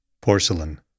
Porcelain